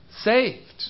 saved